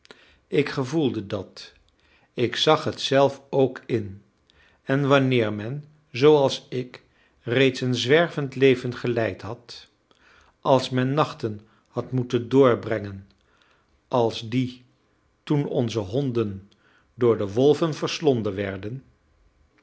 ik gevoelde dat ik zag het zelf ook in en wanneer men zooals ik reeds een zwervend leven geleid had als men nachten had moeten doorbrengen als die toen onze honden door de wolven verslonden werden